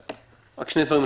רק שני דברים.